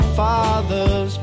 father's